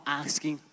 asking